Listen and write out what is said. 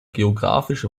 geographisch